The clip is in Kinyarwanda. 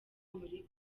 muri